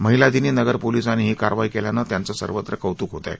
महिला दिनी नगर पोलिसांनी ही कारवाई केल्यानं त्यांचं सर्वत्र कौतुक होत आहे